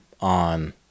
on